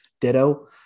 ditto